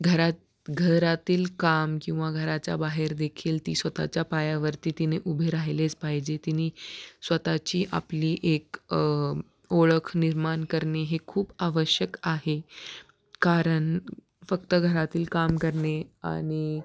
घरात घरातील काम किंवा घराच्या बाहेर देखील ती स्वतःच्या पायावरती तिने उभे राहिलेच पाहिजे तिने स्वतःची आपली एक ओळख निर्माण करने हे खूप आवश्यक आहे कारण फक्त घरातील काम करणे आणि